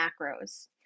macros